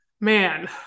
man